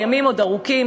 הימים עוד ארוכים,